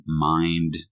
mind